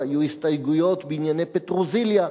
והיו הסתייגויות בענייני פטרוזיליה,